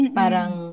parang